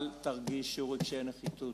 אל תרגישו רגשי נחיתות.